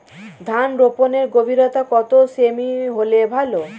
ধান রোপনের গভীরতা কত সেমি হলে ভালো?